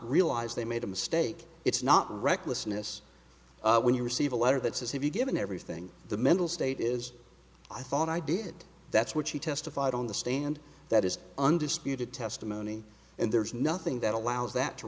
realize they made a mistake it's not recklessness when you receive a letter that says have you given everything the mental state is i thought i did that's what she testified on the stand that is undisputed testimony and there's nothing that allows that to